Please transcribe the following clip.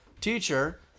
teacher